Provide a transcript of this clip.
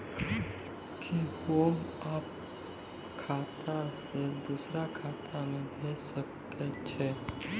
कि होम आप खाता सं दूसर खाता मे भेज सकै छी?